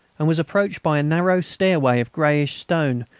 and was approached by a narrow stairway of greyish stone,